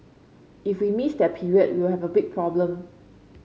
if we miss that period we will have a big problem